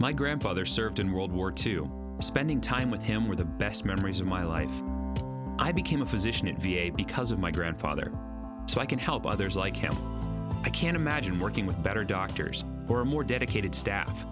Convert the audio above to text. my grandfather served in world war two spending time with him were the best memories of my life i became a physician because of my grandfather so i can help others like him i can't imagine working with better doctors or more dedicated sta